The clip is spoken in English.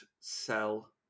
sell